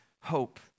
hope